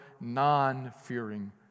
non-fearing